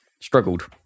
struggled